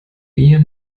wir